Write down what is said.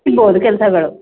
ಸಿಗ್ಬೌದು ಕೆಲಸಗಳು